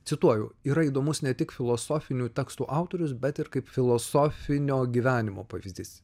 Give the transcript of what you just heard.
cituoju yra įdomus ne tik filosofinių tekstų autorius bet ir kaip filosofinio gyvenimo pavyzdys